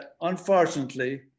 unfortunately